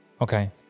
Okay